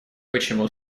почему